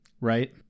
Right